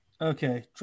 Okay